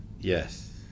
Yes